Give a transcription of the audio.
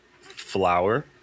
flour